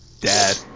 Dad